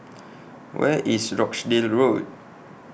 Where IS Rochdale Road